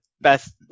best